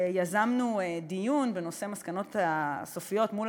יזמנו דיון בנושא המסקנות הסופיות מול